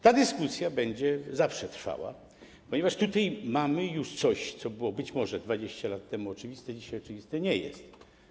Ta dyskusja będzie zawsze trwała, ponieważ tutaj mamy coś, co było być może 20 lat temu oczywiste, dzisiaj oczywiste nie jest.